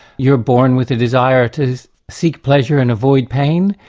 you're born with a desire to seek pleasure and avoid pain,